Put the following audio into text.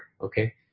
Okay